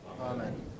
Amen